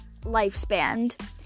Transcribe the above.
lifespan